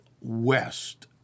West